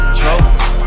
trophies